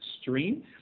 stream